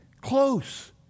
close